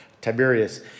Tiberius